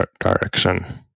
direction